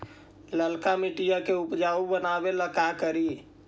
लालका मिट्टियां के उपजाऊ बनावे ला का करी?